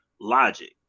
Logic